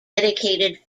dedicated